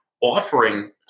offering